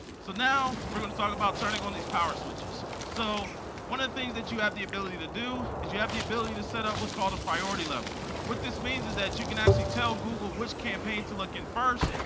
so now we're going to talk about turning on these power switches. so one of the things that you have the ability to do, is you have the ability to set up what's called a priority level. what this means is that you can actually tell google which campaign to looking at first,